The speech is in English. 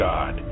God